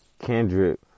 Kendrick